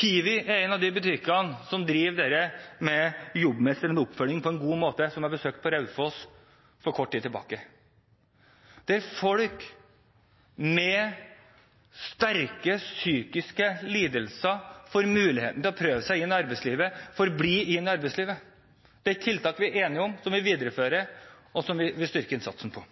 Kiwi er en av de butikkene som driver med jobbmestrende oppfølging på en god måte – jeg besøkte en butikk på Raufoss for kort tid tilbake – der folk med sterke psykiske lidelser får muligheten til å prøve seg innen arbeidslivet, får bli i arbeidslivet. Det er et tiltak vi er enige om, og som vi viderefører, og som vi vil styrke innsatsen på.